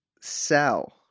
sell